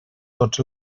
tots